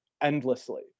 endlessly